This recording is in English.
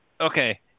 okay